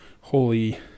holy